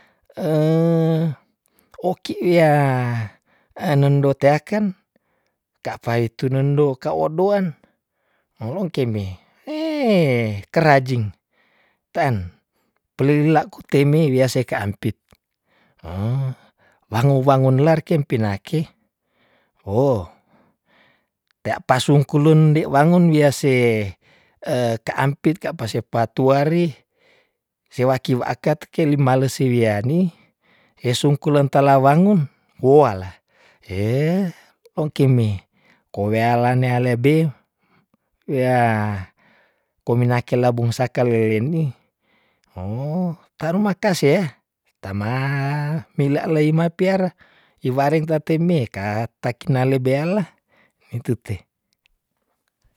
oki yah enundoteaken ka apa itu nondukawodoaan maolong kei me hee kerajing ten pelililaku tei me wia sekaampit wangon wangonlar ken pinake oh tea pasungkulun dei wangun wia s kaampit ka apa se patuari sewaki waakat kelimalesi wiani hesungkulen talawangun woal ongkei me kowea alane alebe wea kominake labung sakaleleni oh tarimakasee hita ma meilale mapiare hi wareng tateimeka takinale beala nitu ti.